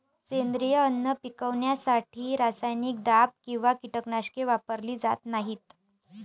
सेंद्रिय अन्न पिकवण्यासाठी रासायनिक दाब किंवा कीटकनाशके वापरली जात नाहीत